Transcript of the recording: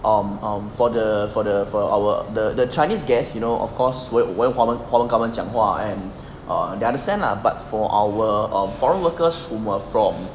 um um for the for the for our the the chinese guest you know of course 我用我用华文华文跟他们讲话 and err they understand lah but for our err foreign workers who were from